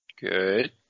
Good